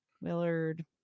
willard